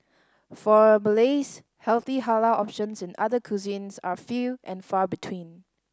for Malays healthy halal options in other cuisines are few and far between